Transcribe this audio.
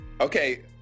Okay